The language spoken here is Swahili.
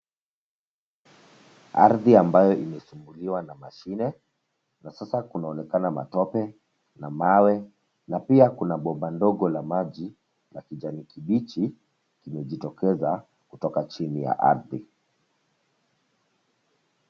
Ardhi ambayo imesumbuliwa na mashine na sasa kunaonekana matope na mawe na pia kuna bomba ndogo la maji la kijani kibichi limejitokeza kutoka chini ya ardhi.